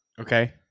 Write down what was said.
Okay